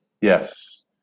Yes